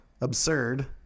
Absurd